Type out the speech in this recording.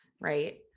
Right